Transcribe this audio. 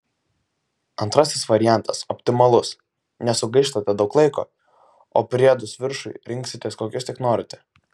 antrasis variantas optimalus nesugaištate daug laiko o priedus viršui rinksitės kokius tik norite